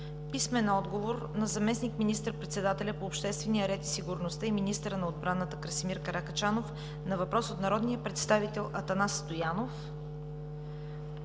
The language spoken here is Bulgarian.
и Стоян Мирчев; - заместник министър-председателя по обществения ред и сигурността и министър на отбраната Красимир Каракачанов на въпрос от народния представител Атанас Стоянов;